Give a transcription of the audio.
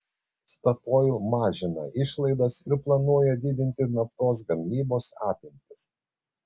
statoil mažina išlaidas ir planuoja didinti naftos gavybos apimtis